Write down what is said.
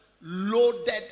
loaded